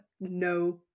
No